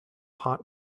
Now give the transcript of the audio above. hot